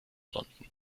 sonden